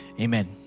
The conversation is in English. amen